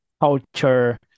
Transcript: culture